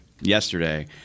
yesterday